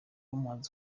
umuhanzi